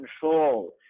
control